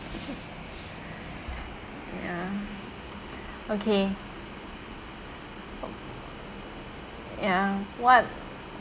ya okay ya what